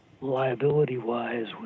liability-wise